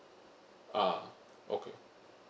ah okay